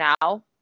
now